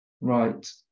right